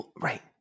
right